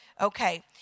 Okay